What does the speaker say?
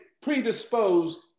predisposed